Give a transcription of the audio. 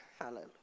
Hallelujah